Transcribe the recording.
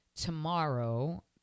tomorrow